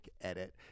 edit